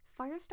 Firestar